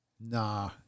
Nah